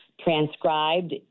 transcribed